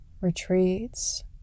retreats